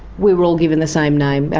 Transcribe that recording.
we were all given the same name.